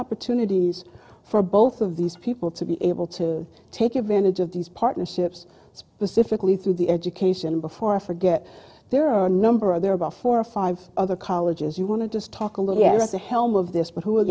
opportunities for both of these people to be able to take advantage of these partnerships specifically through the education before i forget there are a number of there are about four or five other colleges you want to just talk a little yes the helm of this but who are